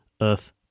earth